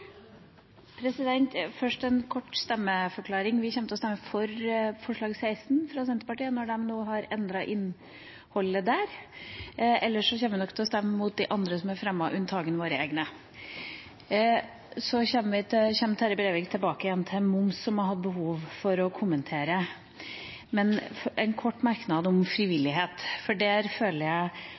Først en kort stemmeforklaring. Vi kommer til å stemme for forslag nr. 16, fra Senterpartiet, når de nå har endret innholdet der. Ellers kommer vi nok til å stemme imot de andre forslagene som er fremmet, unntagen våre egne. Så kommer Terje Breivik tilbake igjen til moms, som vi har behov for å kommentere. En kort merknad om frivillighet, for her føler jeg